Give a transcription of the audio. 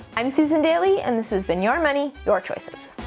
i'm susan daley, and this has been your money, your choices.